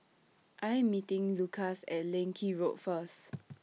I Am meeting Lukas At Leng Kee Road First